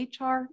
HR